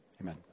Amen